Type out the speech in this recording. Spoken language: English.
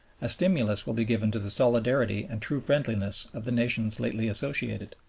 a stimulus will be given to the solidarity and true friendliness of the nations lately associated.